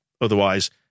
Otherwise